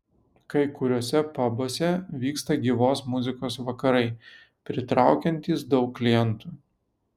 kai kuriuose pabuose vyksta gyvos muzikos vakarai pritraukiantys daug klientų